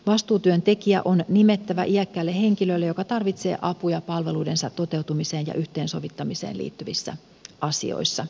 vastuutyöntekijä on nimettävä iäkkäälle henkilölle joka tarvitsee apua palveluidensa toteutumiseen ja yhteensovittamiseen liittyvissä asioissa